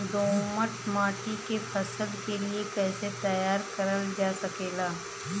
दोमट माटी के फसल के लिए कैसे तैयार करल जा सकेला?